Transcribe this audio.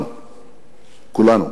אנחנו כולנו